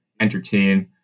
entertain